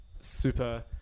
super